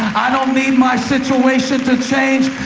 i don't need my situation to change.